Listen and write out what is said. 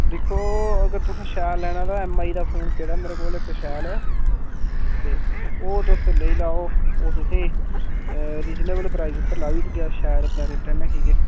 दिक्खो अगर तुसें शैल लैना तां एमआई दा फोन पेदा मेरे कोल इक शैल ऐ ते ओह् तुस लेई लैओ ओह् तुसें ई ओरीजिनल प्राइस उप्पर लाई ओड़गे अस शैल अपने रेटै नै की के